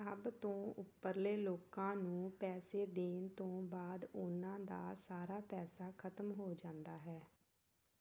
ਸਭ ਤੋਂ ਉੱਪਰਲੇ ਲੋਕਾਂ ਨੂੰ ਪੈਸੇ ਦੇਣ ਤੋਂ ਬਾਅਦ ਉਨ੍ਹਾਂ ਦਾ ਸਾਰਾ ਪੈਸਾ ਖ਼ਤਮ ਹੋ ਜਾਂਦਾ ਹੈ